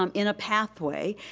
um in a pathway,